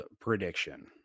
prediction